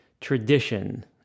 tradition